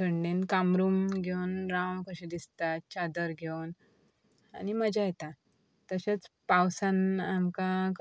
थंडे कामूम घेवन राव कशें दिसता चादर घेवन आनी मजा येता तशेंच पावसान आमकां